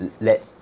let